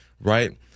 right